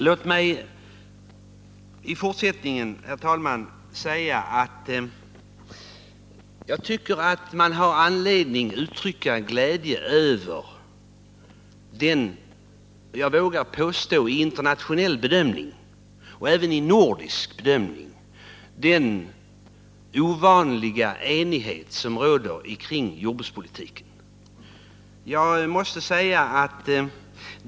Jag tycker, herr talman, att man har anledning att uttrycka glädje över den, vågar jag påstå, i nordisk och internationell jämförelse ovanliga enighet som råder kring jordbrukspolitiken.